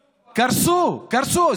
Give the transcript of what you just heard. קרסו, קרסו.